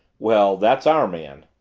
well that's our man.